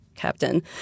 captain